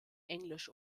englisch